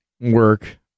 work